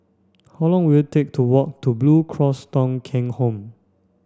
how long will take to walk to Blue Cross Thong Kheng Home